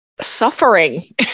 suffering